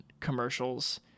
Commercials